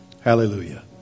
Hallelujah